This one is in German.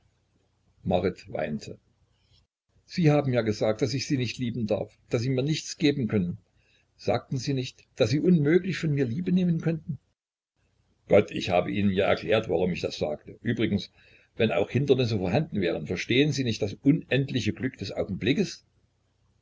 marit weinte sie haben ja gesagt daß ich sie nicht lieben darf daß sie mir nichts geben können sagten sie nicht daß sie unmöglich von mir liebe nehmen könnten gott ich habe ihnen ja erklärt warum ich das sagte übrigens wenn auch hindernisse vorhanden wären verstehen sie nicht das unendliche glück des augenblickes